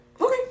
okay